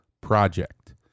project